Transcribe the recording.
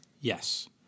Yes